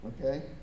Okay